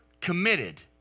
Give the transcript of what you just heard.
committed